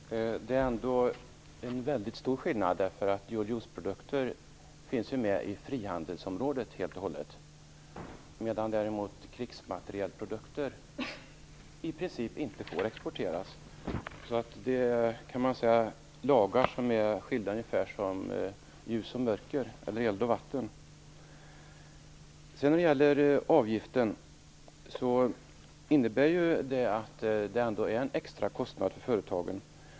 Fru talman! Jag vill börja med det som Nils T Svensson sade sist. Det är ändå en väldigt stor skillnad därför att dual use-produkter får ju finnas inom hela frihandelsområdet medan krigsmaterielprodukter i princip inte får exporteras. Det gäller alltså lagar som är så olika som ljus och mörker eller eld och vatten. Avgiften innebär en extra kostnad för företagen.